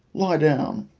lie down!